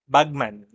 Bagman